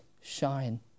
shine